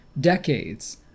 decades